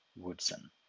Woodson